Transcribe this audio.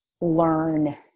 learn